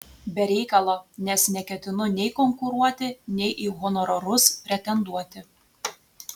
be reikalo nes neketinu nei konkuruoti nei į honorarus pretenduoti